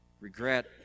regret